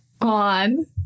on